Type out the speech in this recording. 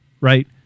right